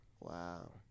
wow